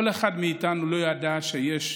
כל אחד מאיתנו לא ידע שיש,